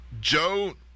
Joe